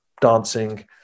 dancing